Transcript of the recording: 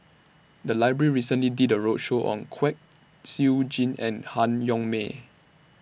The Library recently did A roadshow on Kwek Siew Jin and Han Yong May